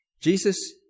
Jesus